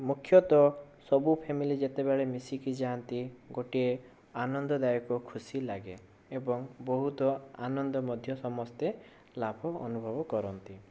ମୁଖ୍ୟତଃ ସବୁ ଫ୍ୟାମିଲି ଯେତେବେଳେ ମିଶିକି ଯାଆନ୍ତି ଗୋଟିଏ ଆନନ୍ଦ ଦାୟକ ଖୁସି ଲାଗେ ଏବଂ ବହୁତ ଆନନ୍ଦ ମଧ୍ୟ ସମସ୍ତେ ଲାଭ ଅନୁଭବ କରନ୍ତି